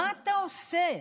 מה אתה עושה?